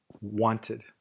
wanted